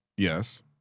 Yes